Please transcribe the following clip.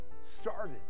started